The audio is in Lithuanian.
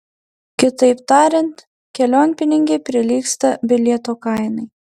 kitaip tariant kelionpinigiai prilygsta bilieto kainai